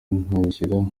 ntagishya